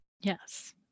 Yes